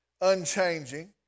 unchanging